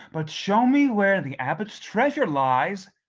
but show me where the abbot's treasure lies,